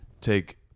take